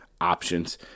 Options